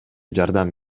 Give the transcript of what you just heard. жардам